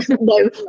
No